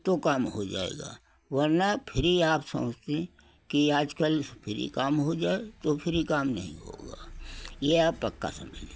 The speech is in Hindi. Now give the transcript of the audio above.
तो काम हो जाएगा वरना फ्री आप समझते कि आज कल फ्री काम हो जाए तो फ्री काम नहीं होगा ये आप पक्का समझ लें